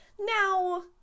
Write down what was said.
Now